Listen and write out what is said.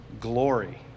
glory